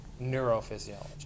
neurophysiology